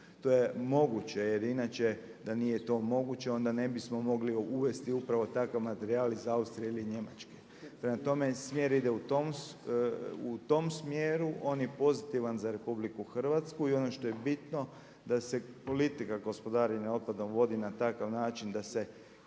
To je moguće jer inače da nije to moguće onda ne bismo mogli uvesti upravo takav materijal iz Austrije ili Njemačke. Prema tome, smjer ide u tom smjeru, on je pozitivan za RH i ono što je bitno da se politika gospodarenja otpadom vodi na takav način da se